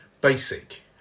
basic